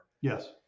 Yes